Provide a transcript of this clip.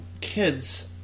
kids